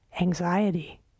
anxiety